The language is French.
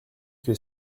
que